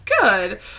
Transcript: Good